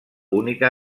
única